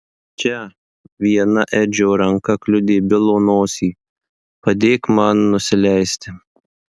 čia viena edžio ranka kliudė bilo nosį padėk man nusileisti